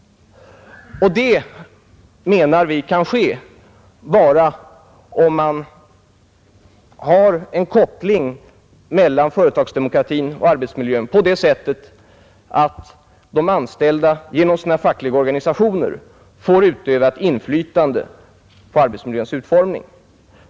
Och det, menar vi, kan ske bara om man har en koppling mellan företagsdemokratin och arbetsmiljön på det sättet, att de anställda genom sina fackliga organisationer får utöva ett inflytande på arbetsmiljöns utformning.